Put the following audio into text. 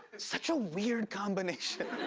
such a weird combination.